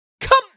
Come